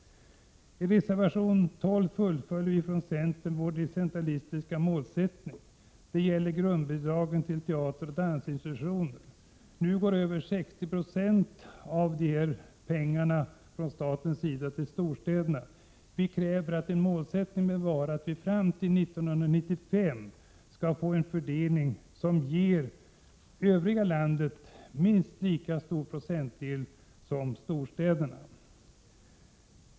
I reservation 12 fullföljer vi från centern vår decentralistiska målsättning. Det gäller grundbidragen till teateroch dansinstitutionerna. Nu går över 60 Yo av dessa pengar från staten till storstäderna. Vi kräver att målsättningen skall vara att fram till 1995 få en fördelning som ger övriga landet en minst lika stor del som storstäderna.